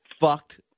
fucked